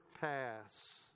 pass